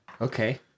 Okay